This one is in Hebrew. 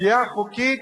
פגיעה חוקית,